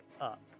up